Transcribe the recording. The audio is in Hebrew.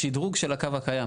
שדרוג של הקו הקיים.